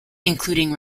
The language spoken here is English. including